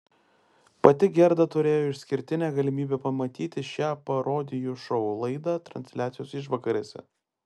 pati gerda turėjo išskirtinę galimybę pamatyti šią parodijų šou laidą transliacijos išvakarėse